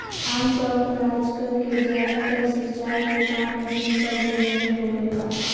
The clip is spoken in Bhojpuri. आमतौर पर आजकल के ज्यादातर सिंचाई के काम मशीन पर ही निर्भर हो गईल बा